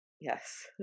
yes